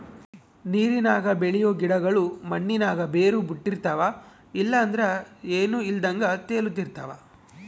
ನೀರಿನಾಗ ಬೆಳಿಯೋ ಗಿಡುಗುಳು ಮಣ್ಣಿನಾಗ ಬೇರು ಬುಟ್ಟಿರ್ತವ ಇಲ್ಲಂದ್ರ ಏನೂ ಇಲ್ದಂಗ ತೇಲುತಿರ್ತವ